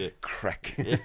Crack